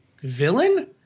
villain